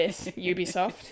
Ubisoft